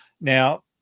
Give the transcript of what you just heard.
Now